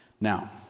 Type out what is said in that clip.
Now